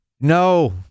No